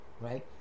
right